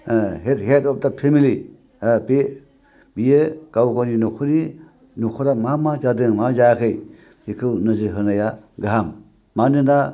head of the family बियो गाव गावनि न'खरनि मा मा जादों मा जायाखै बेखौ नोजोर होनाया गाहाम मानोना